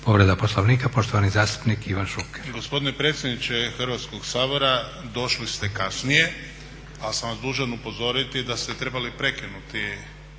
Povreda Poslovnika poštovani zastupnik Ivan Šuker.